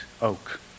oak